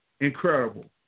incredible